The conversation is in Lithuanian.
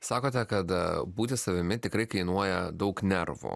sakote kad būti savimi tikrai kainuoja daug nervų